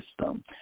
system